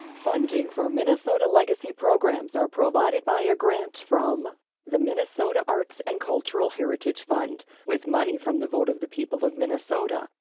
funding for minnesota legacy programs are provided by a grant from the minnesota arts and cultural heritage fund with money from the vote of the people of minnesota.